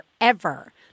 forever